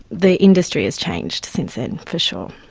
the industry has changed since then, for sure.